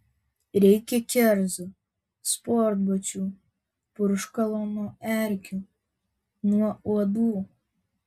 reikia kerzų sportbačių purškalo nuo erkių nuo uodų